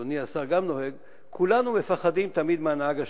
אדוני השר גם נוהג, כולנו מפחדים מהנהג השכן.